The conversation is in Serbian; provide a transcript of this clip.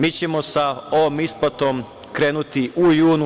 Mi ćemo sa ovom isplatom krenuti u junu.